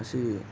अशी